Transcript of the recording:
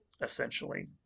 essentially